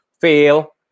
fail